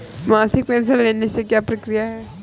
मासिक पेंशन लेने की क्या प्रक्रिया है?